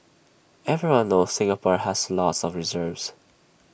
everyone knows Singapore has lots of reserves